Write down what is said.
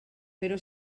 però